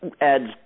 adds